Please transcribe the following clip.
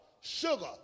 sugar